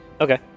Okay